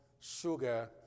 sugar